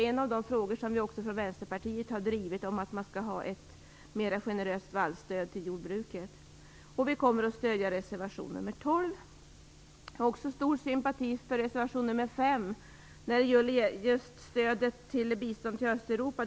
En av de frågor som vi i Vänsterpartiet har drivit är att jordbruket skall ha ett mer generöst vallstöd. Vi kommer också att stödja reservation nr 12. Vi känner också stor sympati för reservation nr 5 om stöd till bistånd till Östeuropa.